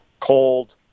cold